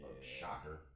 shocker